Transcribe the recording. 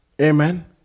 Amen